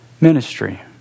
ministry